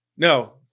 No